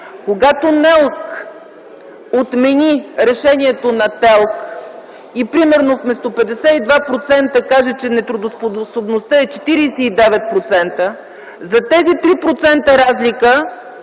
Когато НЕЛК отмени решението на ТЕЛК и примерно вместо 52% каже, че нетрудоспособността е 49% – за тези 3% разлика